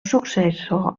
successor